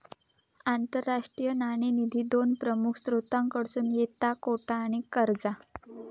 आंतरराष्ट्रीय नाणेनिधी दोन प्रमुख स्त्रोतांकडसून येता कोटा आणि कर्जा